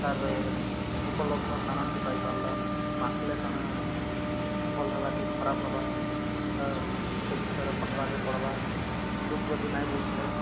ତା'ର ଉପଲବ୍ଧ କ'ଣ ସେ ପାଇପାରିଲା ମାଖିଲେ କ'ଣ ଭଲ ହେଲା କି ଖରାପ ହେବ ସେଇଟା ସେ ବିଷୟରେ କହିବାକୁ ପଡ଼ିବ ଲୋକ ଯଦି ନାହିଁ ବୁଝିଲେ